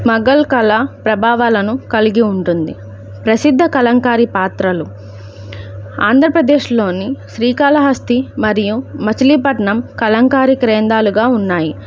మొఘల్ కళ ప్రభావాలను కలిగి ఉంటుంది ప్రసిద్ధ కలంకారీ పాత్రలు ఆంధ్రప్రదేశ్లోని శ్రీకాళహస్తి మరియు మచిలీపట్నం కలంకారీ కేంద్రాలుగా ఉన్నాయి